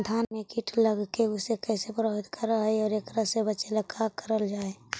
धान में कीट लगके उसे कैसे प्रभावित कर हई और एकरा से बचेला का करल जाए?